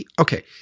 okay